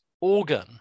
organ